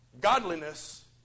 godliness